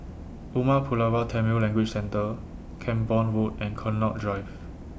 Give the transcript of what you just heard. Umar Pulavar Tamil Language Centre Camborne Road and Connaught Drive